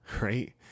right